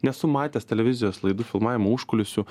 nesu matęs televizijos laidų filmavimo užkulisių